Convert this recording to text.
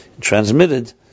transmitted